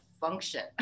function